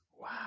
Wow